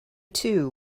too